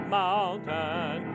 mountain